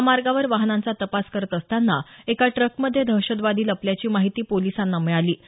महामार्गावर वाहनांचा तपास करत असताना एका ट्रक मध्ये दहशतवादी लपल्याची माहिती पोलिसांना मिळाली